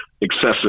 excessive